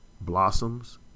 blossoms